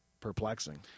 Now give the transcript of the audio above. perplexing